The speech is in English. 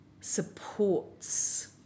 supports